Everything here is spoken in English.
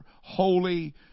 holy